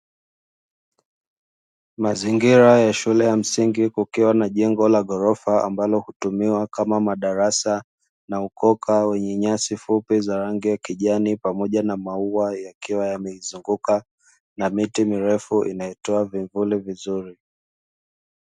Mazingira ya shule ya msingi kukiwa na jengo la gorofa ambalo hutumiwa kama madarasa na ukoka wenye nyasi fupi za rangi ya kijani, pamoja na maua yakiwa yameizunguka na miti mirefu inatoa vivuli vizuri.